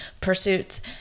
pursuits